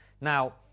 Now